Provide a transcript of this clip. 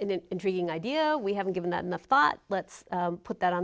an intriguing idea we haven't given that enough thought let's put that on